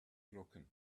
broken